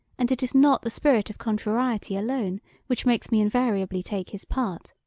and it is not the spirit of contrariety alone which makes me invariably take his part.